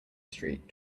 street